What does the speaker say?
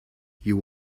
you